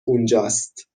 اونجاست